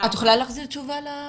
את יכולה להחזיר תשובה לוועדה?